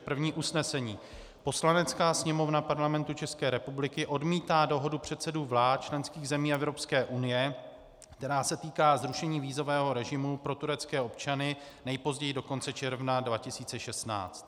První usnesení: Poslanecká sněmovna Parlamentu České republiky odmítá dohodu předsedů vlád členských zemí Evropské unie, která se týká zrušení vízového režimu pro turecké občany nejpozději do konce června 2016.